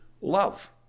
love